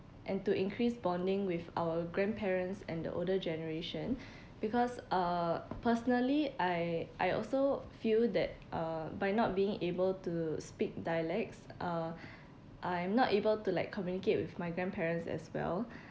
and to increase bonding with our grandparents and the older generation because uh personally I I also feel that uh by not being able to speak dialects uh I'm not able to like communicate with my grandparents as well